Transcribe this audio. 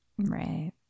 Right